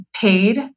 paid